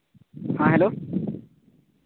ᱦᱮᱸ ᱦᱮᱞᱳ